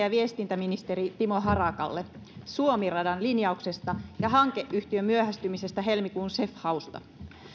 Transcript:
ja viestintäministeri timo harakalle suomi radan linjauksesta ja hankeyhtiön myöhästymisestä helmikuun cef hausta